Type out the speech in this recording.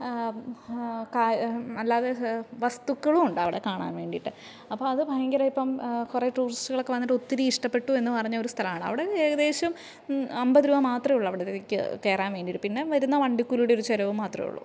ക അല്ലാതെ വസ്തുക്കളും ഉണ്ട് കാണാൻ വേണ്ടിയിട്ട് അപ്പോൾ അത് ഭയങ്കര ഇപ്പം ടൂറിസ്റ്റുകളൊക്കെ വന്നിട്ട് ഒത്തിരി ഇഷ്ടപ്പെട്ടു എന്ന് പറഞ്ഞ ഒരു സ്ഥലമാണ് അവിടെ ഏകദേശം അമ്പത് രൂപ മാത്രമേ ഉള്ളൂ അവിടെ ആ കയറാൻ വേണ്ടിയിട്ട് പിന്നെ വരുന്ന വണ്ടിക്കൂലിയുടെ ഒരു ചിലവും മാത്രമേ ഉള്ളൂ